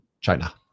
China